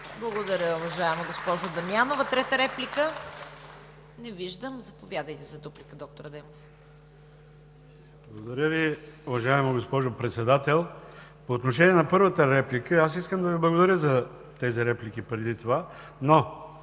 Благодаря Ви, уважаема госпожо Дамянова. Трета реплика? Не виждам. Заповядайте за дуплика, доктор Адемов. ДОКЛАДЧИК ХАСАН АДЕМОВ: Благодаря Ви, уважаема госпожо Председател. По отношение на първата реплика – искам да Ви благодаря за тези реплики преди това, никога